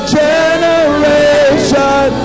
generation